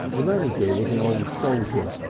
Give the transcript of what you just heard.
the manager was an old soldier,